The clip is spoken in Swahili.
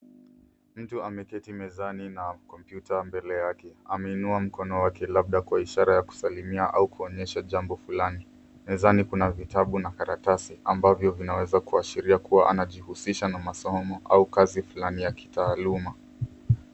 Mtu ameketi mezani na kompyuta mbele yake. Ameinua mkono wake labda kwa ishara ya kusalimia au kuonyesha jambo fulani. Mezani kuna vitabu na karatasi ambavyo vinaweza kuashiria kuwa anajihusisha na masomo au kazi fulani ya kitaaluma.